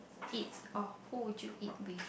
eat or who would you eat with